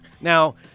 Now